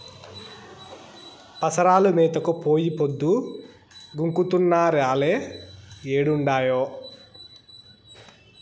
పసరాలు మేతకు పోయి పొద్దు గుంకుతున్నా రాలే ఏడుండాయో